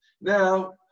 Now